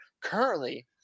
currently